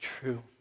true